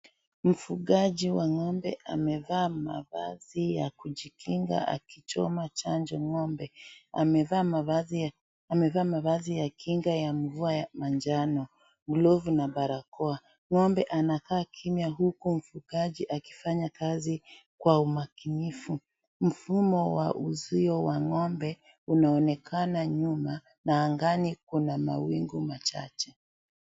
Mfugaji wa ng'ombe amevaa mavazi ya kujikinga akichoma chanjo ng'ombe. Amevaa mavazi ya kinga ya mvua ya manjano, glavu na barakoa. Ng'ombe anakaa kimya huku mfugaji akifanya kazi kwa umakinifu. Mfumo wa uzio wa ng'ombe unaonekana nyuma na angani kuna mawingu machache.